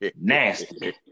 Nasty